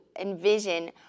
envision